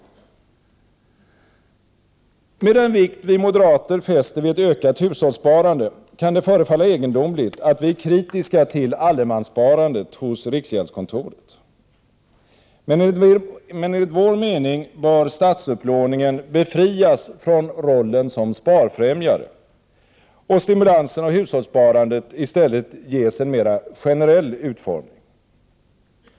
Med den vikt vi moderater fäster vid ett ökat hushållssparande kan det förefalla egendomligt att vi är kritiska till allemanssparandet hos riksgäldskontoret. Men enligt vår mening bör statsupplåningen befrias från rollen som sparfrämjare och stimulansen av hushållssparandet i stället ges en mera generell utformning.